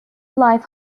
life